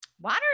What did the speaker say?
water